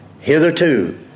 Hitherto